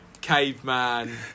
caveman